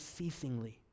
ceasingly